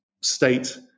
state